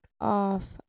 off